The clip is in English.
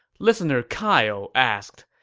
listener kyle asked,